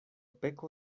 peko